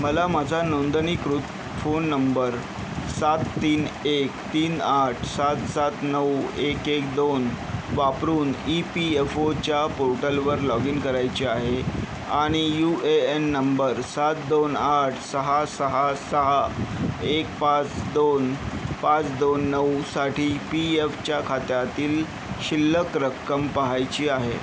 मला माझा नोंदणीकृत फोन नंबर सात तीन एक तीन आठ सात सात नऊ एक एक दोन वापरून इ पी यफ ओच्या पोर्टलवर लॉगीन करायचे आहे आणि यू ए एन नंबर सात दोन आठ सहा सहा सहा एक पाच दोन पाच दोन नऊसाठी पी यफच्या खात्यातील शिल्लक रक्कम पहायची आहे